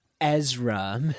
Ezra